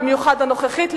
במיוחד הנוכחית,